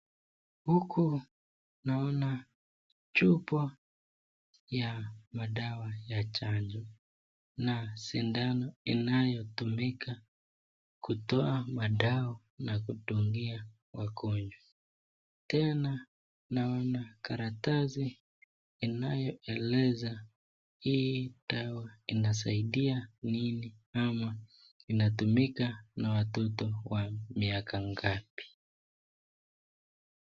Huku naona chupa ya madawa ya chanjo na sindano inayotumika kutoa madawa na kudungia wagonjwa, tena naona karatasi inayoeleza hii dawa inasaidia nini ama inatumika na watoto wa miaka ngapi.